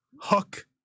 Hook